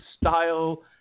style